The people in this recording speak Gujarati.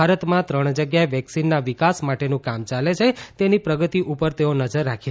ભારતમાં ત્રણ જગ્યાએ વેક્સિનના વિકાસ માટેનું કામ ચાલે છે તેની પ્રગતિ ઉપર તેઓ પોતે નજર રાખી રહ્યા છે